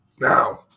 Now